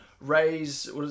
raise